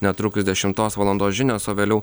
netrukus dešimtos valandos žinios o vėliau